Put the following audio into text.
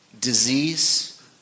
disease